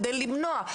כדי למנוע?